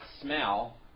smell